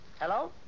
Hello